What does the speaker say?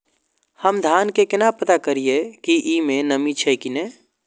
हम धान के केना पता करिए की ई में नमी छे की ने?